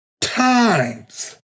times